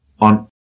on